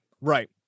Right